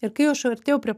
ir kai aš artėjau prie